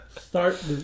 start